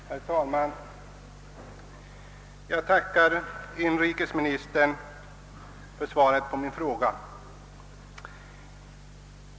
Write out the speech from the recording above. Herr talman! Jag tackar inrikesministern för svaret på min fråga.